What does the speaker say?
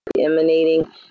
emanating